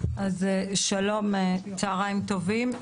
שלום, צוהריים טובים.